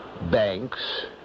Banks